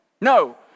No